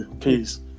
Peace